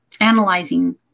analyzing